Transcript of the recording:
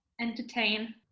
Entertain